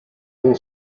bon